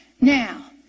Now